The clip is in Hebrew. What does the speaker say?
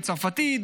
בצרפתית,